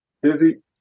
Busy